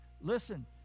Listen